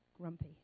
grumpy